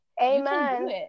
amen